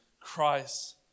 Christ